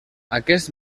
aquest